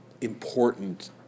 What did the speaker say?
important